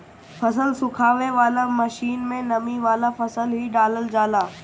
फसल सुखावे वाला मशीन में नमी वाला फसल ही डालल जाला